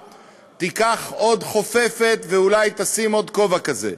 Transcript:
תיקח עוד חופפת ואולי תשים עוד כובע כזה,